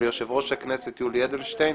וליושב-ראש הכנסת יולי אדלשטיין,